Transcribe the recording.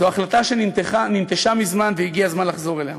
זו החלטה שננטשה מזמן והגיע הזמן לחזור אליה.